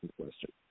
question